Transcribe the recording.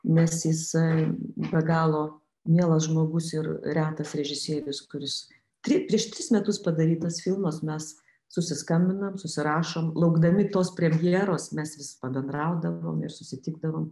nes jisai be galo mielas žmogus ir retas režisierius kuris tri prieš tris metus padarytas filmas mes susiskambinam susirašom laukdami tos premjeros mes vis pabendraudavom ir susitikdavom